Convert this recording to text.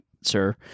sir